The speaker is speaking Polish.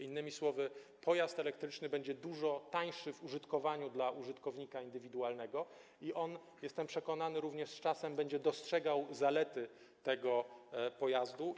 Innymi słowy, pojazd elektryczny będzie dużo tańszy w użytkowaniu dla użytkownika indywidualnego, który - jestem o tym przekonany - z czasem również będzie dostrzegał zalety tego pojazdu.